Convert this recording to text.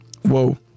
Whoa